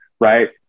Right